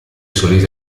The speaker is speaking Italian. soli